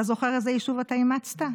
אתה זוכר איזה יישוב אתה אימצת?